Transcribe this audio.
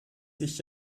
sich